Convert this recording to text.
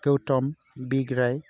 Gotham Bigrai